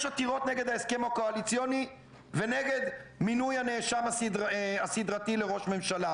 יש עתירות נגד ההסכם הקואליציוני ונגד מינוי הנאשם הסדרתי לראש ממשלה.